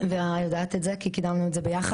ויערה יודעת את זה כי קידמנו את זה ביחד,